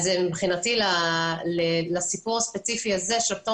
אז להערכתי לסיפור הספציפי הזה של פטור